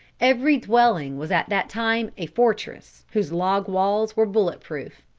every dwelling was at that time a fortress whose log walls were bullet proof.